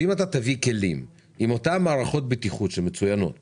שאם אתה תביא כלים עם אותם מערכות בטיחות שמצוינות פה,